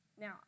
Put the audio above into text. Now